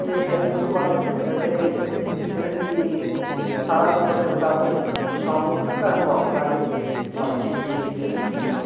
ਅਤੇ ਅਸੀਂ ਉਹਤੋਂ ਬਾਅਦ ਫਿਰ ਚੰਡੀਗੜ੍ਹ ਚਲੇ ਗਏ ਫਿਰ ਅਸੀਂ ਸਾਰਾ ਦਿਨ ਉੱਥੇ ਬਿਤਾ ਕੇ ਸ਼ਾਮ ਨੂੰ ਘਰ ਨੂੰ ਵਾਪਸ ਆ ਗਏ ਬਸ ਜੀ ਇਹੀ ਸੀ ਦਿਲਚਸਪ ਘਟਨਾ